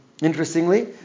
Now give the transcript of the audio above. Interestingly